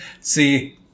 see